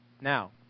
Now